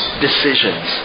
decisions